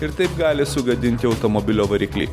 ir taip gali sugadinti automobilio variklį